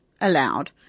allowed